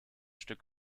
stück